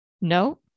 No